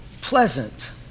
pleasant